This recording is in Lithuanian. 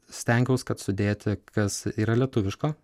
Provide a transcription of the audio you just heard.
stengiaus kad sudėti kas yra lietuviško